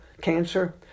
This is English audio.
cancer